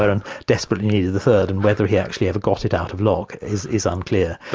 but and desperately needed the third, and whether he actually ever got it out of locke is is unclear.